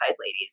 ladies